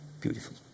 beautiful